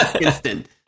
Instant